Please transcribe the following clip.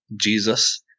Jesus